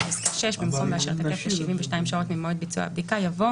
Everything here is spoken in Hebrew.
בפסקה (6) במקום "ואשר תקף ל-72 שעות ממועד ביצוע הבדיקה" יבוא